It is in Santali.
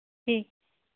ᱴᱷᱤᱠ